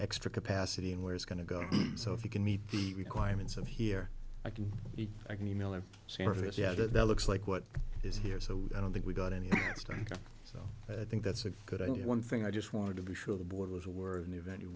extra capacity and where it's going to go so if you can meet the requirements of here i can i can email or service yeah that looks like what is here so i don't think we've got any time so i think that's a good idea one thing i just want to be sure the board was a word in the event